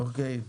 אוקיי.